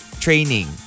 training